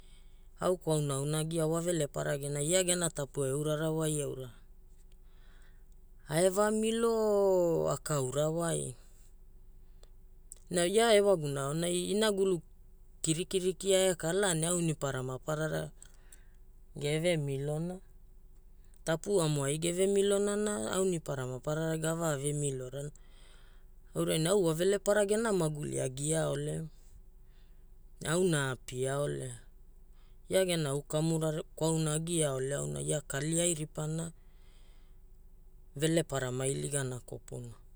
Au kwauna auna agiao wavelepara gena ia gena tapua eurarawai aura, aae vamilo akaura wai. Na ia iwaguna aonai inagulu kirikiri kia ekala ne aunipara maparara geve milona, tapuamo ai gevemilona na aunipara maparara gavaa vemilorana. Aurai au wa wavelepara gena maguli agiaole auna apiaole, iana gena au kamuna kauna auna agiaole auna ia kali ai ripana, velepara mailigana kopuna.